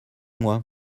moi